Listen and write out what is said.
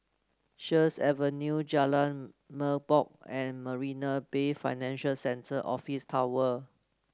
Sheares Avenue Jalan Merbok and Marina Bay Financial Centre Office Tower